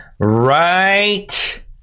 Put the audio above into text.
right